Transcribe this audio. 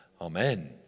Amen